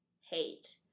hate